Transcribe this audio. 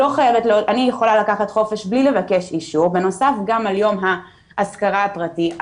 אני יכולה לקחת חופש בלי לבקש אישור בנוסף גם על יום האזכרה הפרטי,